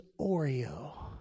Oreo